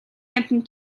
амьтан